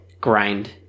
Grind